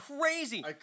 crazy